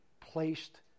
placed